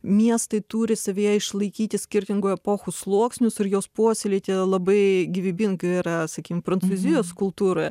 miestai turi savyje išlaikyti skirtingų epochų sluoksnius ir juos puoselėti labai gyvybinga yra sakykim prancūzijos kultūroje